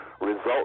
result